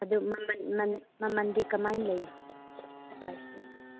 ꯑꯗꯣ ꯃꯃꯟꯗꯤ ꯀꯃꯥꯏ ꯂꯩꯌꯦ ꯄ꯭ꯔꯥꯏꯁꯇꯤ